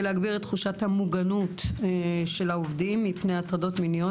להגביר את תחושת המוגנות של העובדים מפני הטרדות מיניות